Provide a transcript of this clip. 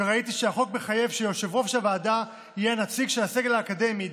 ראיתי שהחוק מחייב שיושב-ראש הוועדה יהיה הנציג של הסגל האקדמי,